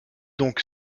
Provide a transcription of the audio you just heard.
donc